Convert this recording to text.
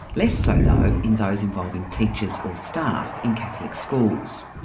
less so though in those involving teachers or staff in catholic schools.